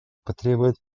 потребует